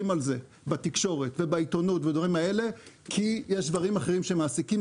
על זה בתקשורת ובעיתונות כי יש דברים אחרים שמעסיקים,